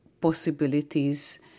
possibilities